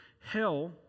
Hell